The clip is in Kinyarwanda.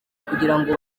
kugirango